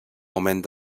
moment